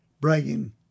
bragging